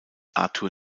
arthur